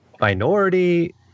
minority